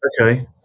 Okay